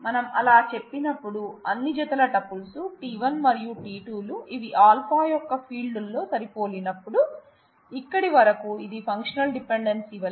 మనం అలా చెప్పినప్పుడు అన్ని జతల టుపుల్స్ t1 మరియు t2 లు ఇవి α యొక్క ఫీల్డ్ ల్లో సరిపోలినప్పుడు ఇక్కడి వరకు ఇది ఫంక్షనల్ డిపెండెన్సీ వలే కనిపిస్తుంది